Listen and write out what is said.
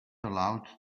allowed